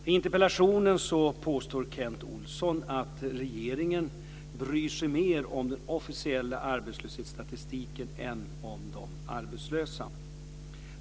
I interpellationen påstår Kent Olsson att regeringen bryr sig mer om den officiella arbetslöshetsstatistiken än om de arbetslösa.